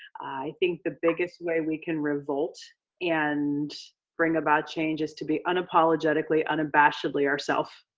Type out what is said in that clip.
think the biggest way we can revolt and bring about change is to be unapologetically, unabashedly ourself.